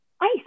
ice